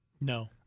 No